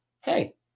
hey